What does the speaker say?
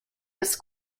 des